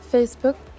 Facebook